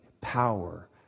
power